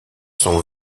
sont